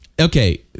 Okay